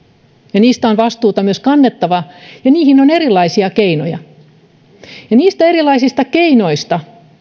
ja niistä on vastuuta myös kannettava ja niihin on erilaisia keinoja niistä erilaisista keinoista